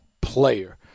player